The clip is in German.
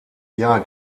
jahr